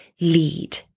lead